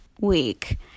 week